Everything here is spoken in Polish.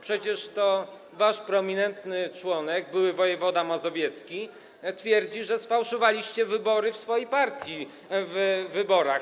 Przecież to wasz prominentny członek, były wojewoda mazowiecki twierdzi, że sfałszowaliście wybory w swojej partii w wyborach.